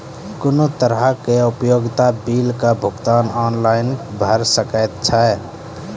कुनू तरहक उपयोगिता बिलक भुगतान ऑनलाइन भऽ सकैत छै?